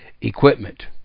equipment